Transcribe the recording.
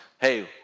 hey